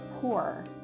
poor